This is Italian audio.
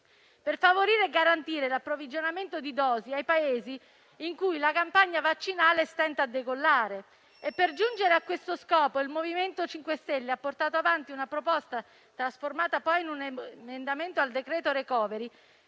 per favorire e garantire l'approvvigionamento di dosi ai Paesi in cui la campagna vaccinale stenta a decollare. Per giungere a questo scopo, il MoVimento 5 Stelle ha portato avanti una proposta, trasformata poi in un emendamento al decreto *recovery*,